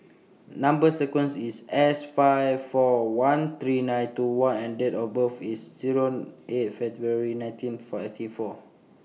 Number sequence IS S five four one three nine two one and Date of birth IS Zero eight February nineteen fifty four